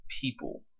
people